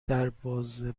دربازه